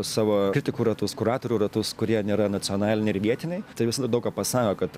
savo kritikų ratus kuratorių ratus kurie nėra nacionaliniai ir vietiniai tai visada daug ką pasako kad